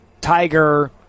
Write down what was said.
Tiger